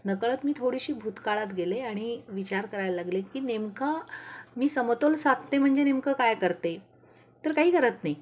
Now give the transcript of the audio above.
नकळत मी थोडीशी भूतकाळात गेले आणि विचार करायला लागले की नेमकं मी समतोल साधते म्हणजे नेमकं काय करते तर काही करत नाही